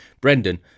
Brendan